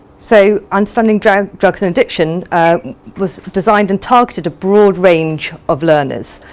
so understanding drugs drugs and addiction was designed and targeted a broad range of learners,